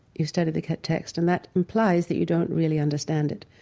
you study the text and that implies that you don't really understand it,